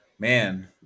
Man